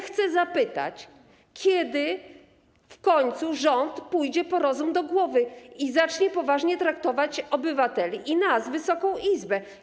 Chcę zapytać, kiedy w końcu rząd pójdzie po rozum do głowy i zacznie poważnie traktować obywateli i nas, Wysoką Izbę.